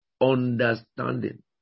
Understanding